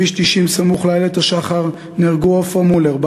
בכביש 90 סמוך לאיילת-השחר נהרגו עפרה מולר,